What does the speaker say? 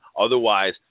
Otherwise